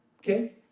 Okay